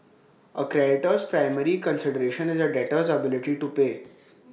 A creditor's primary consideration is A debtor's ability to pay